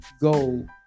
go